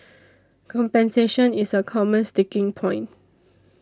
compensation is a common sticking point